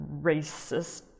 racist